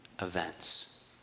events